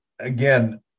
Again